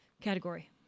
Category